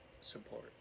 support